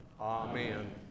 Amen